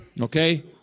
okay